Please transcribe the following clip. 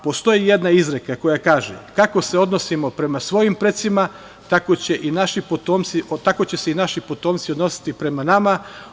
Postoji jedna izreka koja kaže – kako se odnosimo prema svojim precima, tako će se i naši potomci odnositi prema nama.